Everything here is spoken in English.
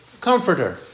comforter